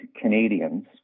Canadians